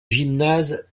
gymnase